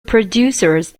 producers